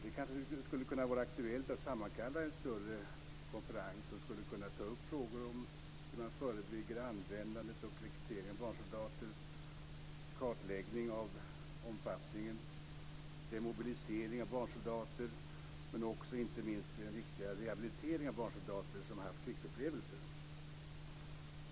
Det kanske skulle kunna vara aktuellt att sammankalla en större konferens som kunde ta upp frågor om hur man förebygger användandet och rekryteringen av barnsoldater, kartläggning av omfattningen och demobilisering av barnsoldater. Inte minst skulle den också kunna ta upp den viktiga rehabiliteringen av barnsoldater som haft krigsupplevelser.